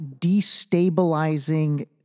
destabilizing